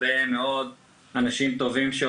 הרבה מאוד אנשים טובים מסביב לשולחן,